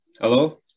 Hello